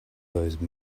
those